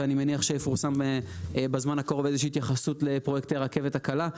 ואני מניח שתפורסם בזמן הקרוב איזושהי התייחסות לפרויקט הרכבת הקלה.